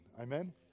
Amen